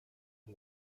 and